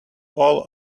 all